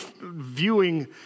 viewing